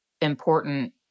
important